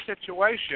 situation